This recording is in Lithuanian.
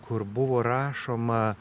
kur buvo rašoma